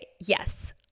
yes